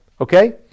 Okay